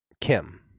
Kim